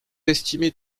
estimez